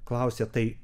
klausia tai